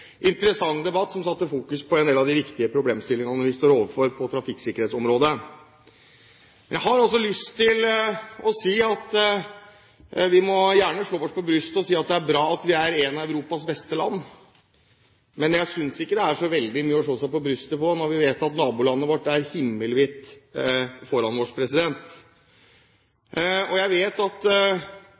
interessant debatt som fokuserte på en del av de viktige problemstillingene vi står overfor på trafikksikkerhetsområdet. Jeg har også lyst til å si at vi gjerne må slå oss på brystet og si at det er bra at vi er et av Europas beste land, men jeg synes ikke det er så veldig mye å slå seg på brystet for når vi vet at nabolandet vårt er himmelvidt foran oss. Jeg vet at